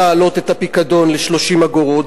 להעלות את הפיקדון ל-30 אגורות,